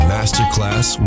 Masterclass